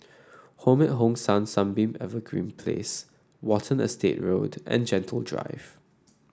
Home at Hong San Sunbeam Evergreen Place Watten Estate Road and Gentle Drive